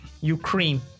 Ukraine